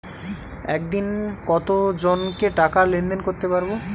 একদিন কত জনকে টাকা লেনদেন করতে পারবো?